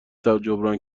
جبران